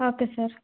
okay sir